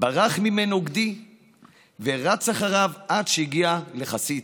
ברח ממנו גדי ורץ אחריו עד שהגיע לחסית.